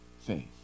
faith